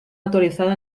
autorizado